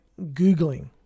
Googling